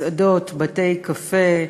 מסעדות, בתי-קפה,